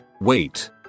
Wait